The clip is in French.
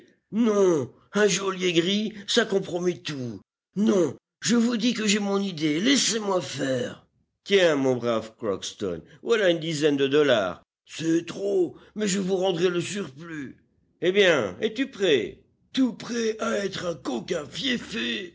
non un geôlier gris ça compromet tout non je vous dis que j'ai mon idée laissez moi faire tiens mon brave crockston voilà une dizaine de dollars c'est trop mais je vous rendrai le surplus eh bien es-tu prêt tout prêt à être un coquin fieffé